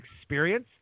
experience